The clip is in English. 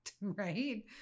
right